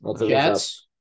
Jets